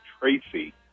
Tracy